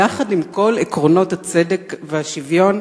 יחד עם כל עקרונות הצדק והשוויון.